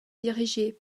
dirigé